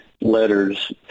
letters